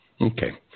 Okay